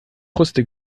kruste